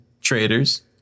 traders